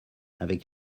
avec